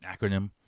acronym